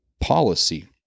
policy